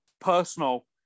personal